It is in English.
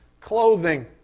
clothing